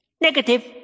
Negative